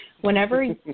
Whenever